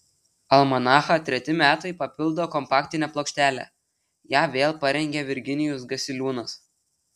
almanachą treti metai papildo kompaktinė plokštelė ją vėl parengė virginijus gasiliūnas